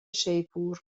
شیپور